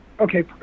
okay